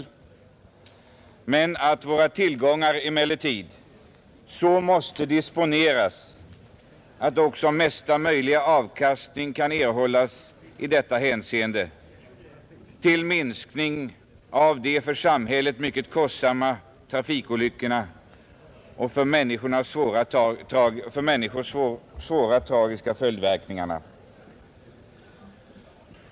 Vi menar också att våra tillgångar måste disponeras så att största möjliga avkastning erhålles, och det betyder i detta fall en minskning i antalet av de för samhället så kostsamma trafikolyckorna och de för människorna så svåra och tragiska följdverkningarna av dem.